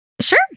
Sure